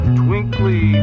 twinkly